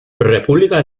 república